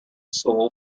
soul